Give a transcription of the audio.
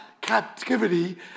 captivity